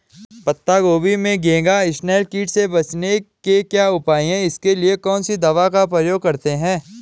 पत्ता गोभी में घैंघा इसनैल कीट से बचने के क्या उपाय हैं इसके लिए कौन सी दवा का प्रयोग करते हैं?